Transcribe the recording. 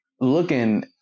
looking